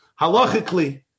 Halachically